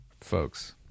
folks